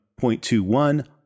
0.21